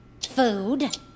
Food